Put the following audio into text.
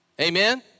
Amen